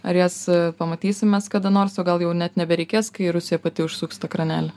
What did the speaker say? ar jas pamatysim mes kada nors o gal jau net nebereikės kai rusija pati užsukts tą kranelį